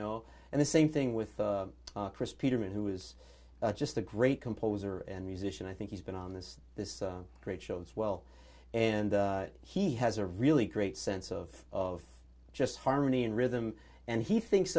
know and the same thing with chris peterman who was just a great composer and musician i think he's been on this this great show as well and he has a really great sense of of just harmony and rhythm and he thinks